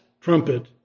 trumpet